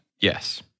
Yes